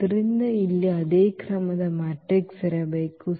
ಆದ್ದರಿಂದ ಇಲ್ಲಿ ಅದೇ ಕ್ರಮದ ಮ್ಯಾಟ್ರಿಕ್ಸ್ ಇರಬೇಕು